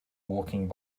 walking